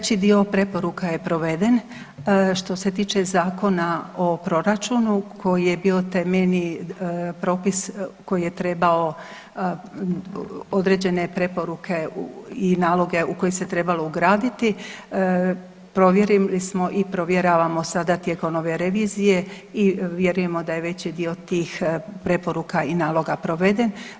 Znači veći dio preporuka je proveden što se tiče Zakona o proračunu koji je bio temeljni propis koji je trebao određene preporuke i naloge u koji se trebalo ugraditi, provjerili smo i provjeravamo sada tijekom ove revizije i vjerujemo da je veći dio tih preporuka i naloga proveden.